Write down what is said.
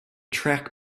track